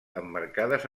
emmarcades